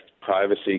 privacy